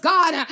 God